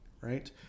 right